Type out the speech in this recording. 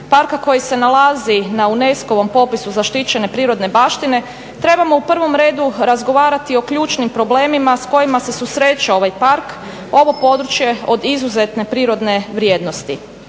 parka koji se nalazi na UNESCO-vom popisu zaštićene prirodne baštine trebamo u prvom redu razgovarati o ključnim problemima s kojima se susreće ovaj park, ovo područje od izuzetne prirodne vrijednosti.